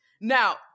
Now